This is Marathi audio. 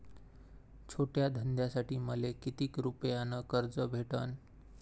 छोट्या धंद्यासाठी मले कितीक रुपयानं कर्ज भेटन?